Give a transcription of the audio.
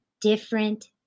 different